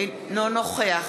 אינו נוכח